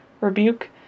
Rebuke